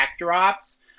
backdrops